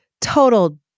total